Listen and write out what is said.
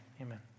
amen